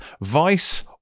Vice